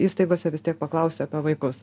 įstaigose vis tiek paklausia apie vaikus